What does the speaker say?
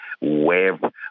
web